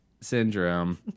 syndrome